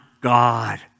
God